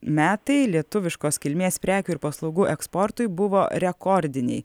metai lietuviškos kilmės prekių ir paslaugų eksportui buvo rekordiniai